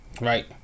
right